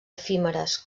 efímeres